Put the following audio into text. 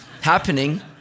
happening